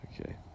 Okay